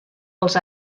als